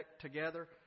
together